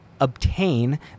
obtain